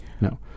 no